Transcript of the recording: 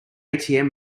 atm